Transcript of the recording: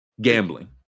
gambling